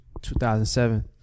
2007